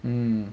mm